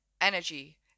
energy